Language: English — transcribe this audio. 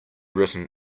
written